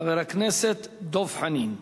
חבר הכנסת דב חנין.